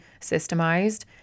systemized